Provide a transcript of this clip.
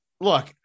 look